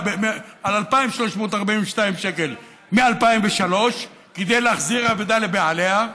על 2,342 שקל מ-2003, כדי להחזיר אבדה לבעליה,